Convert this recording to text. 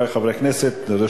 חבר הכנסת אמנון כהן.